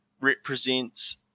represents